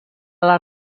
les